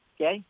Okay